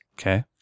Okay